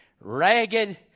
ragged